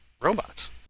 robots